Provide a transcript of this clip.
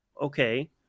Okay